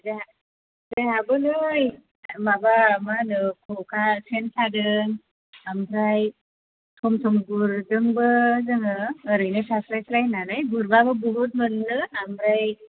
जोंहाबो नै माबा मा होनो खखा सेन सादों ओमफ्राय सम सम गुरदोंबो जोङो ओरैनो थास्लाय स्लाय होन्नानै गुरबाबो बहुथ मोनो ओमफ्राय